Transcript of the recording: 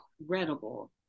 incredible